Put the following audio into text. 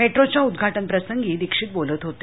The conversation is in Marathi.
मेट्रोच्या उद्घाटनप्रसंगी दीक्षित बोलत होते